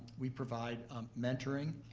we provide mentoring,